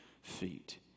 feet